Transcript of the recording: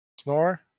Snore